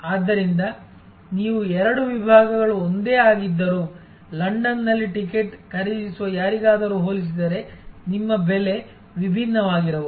ಆದ್ದರಿಂದ ನೀವು ಎರಡು ವಿಭಾಗಗಳು ಒಂದೇ ಆಗಿದ್ದರೂ ಲಂಡನ್ನಲ್ಲಿ ಟಿಕೆಟ್ ಖರೀದಿಸುವ ಯಾರಿಗಾದರೂ ಹೋಲಿಸಿದರೆ ನಿಮ್ಮ ಬೆಲೆ ವಿಭಿನ್ನವಾಗಿರಬಹುದು